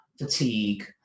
fatigue